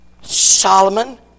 Solomon